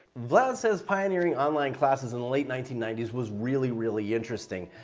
vlad says pioneering online classes in the late nineteen ninety s was really, really interesting.